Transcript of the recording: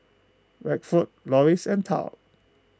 Rexford Loris and Tal